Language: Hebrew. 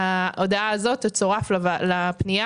ההודעה הזאת תצורף לפנייה,